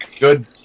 good